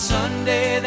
Sunday